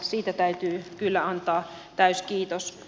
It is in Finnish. siitä täytyy kyllä antaa täysi kiitos